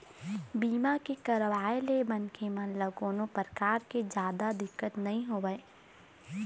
बीमा के करवाय ले मनखे मन ल कोनो परकार के जादा दिक्कत नइ होवय